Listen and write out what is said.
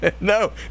No